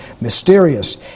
mysterious